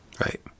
right